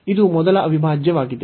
ಇದು ಮೊದಲ ಅವಿಭಾಜ್ಯವಾಗಿದೆ